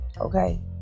okay